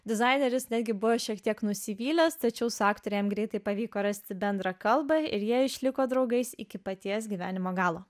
dizaineris netgi buvo šiek tiek nusivylęs tačiau su aktore jam greitai pavyko rasti bendrą kalbą ir jie išliko draugais iki paties gyvenimo galo